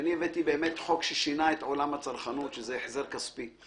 הבאתי חוק ששינה את עולם הצרכנות שזה החזר כספי.